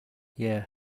yeah